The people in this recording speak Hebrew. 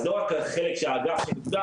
אז לא רק החלק של האגף שפונה,